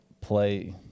play